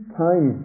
time